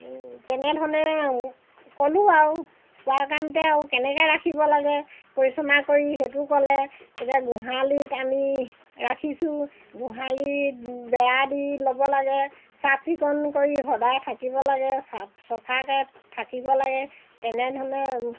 তেনেধৰণে ক'লোঁ আৰু কোৱা কাৰণতে আৰু কেনেকৈ ৰাখিব লাগে পৰিচালনা কৰি সেইটো ক'লে এতিয়া গোহালিত আমি ৰাখিছোঁ গোঁহালিত বেৰা দি ল'ব লাগে চাফ চিকুণ কৰি সদায় থাকিব লাগে চাফ চাফাকৈ থাকিব লাগে তেনেধৰণে